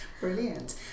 Brilliant